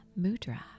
Mudra